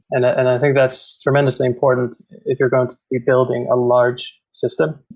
and i think that's tremendously important if you're going to be building a large system.